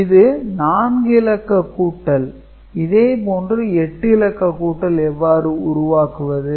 இது 4 இலக்க கூட்டல் இதே போன்று 8 இலக்க கூட்டல் எவ்வாறு உருவாக்குவது